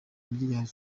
miliyari